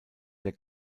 der